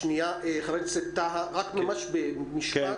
חבר הכנסת טאהא, ממש במשפט.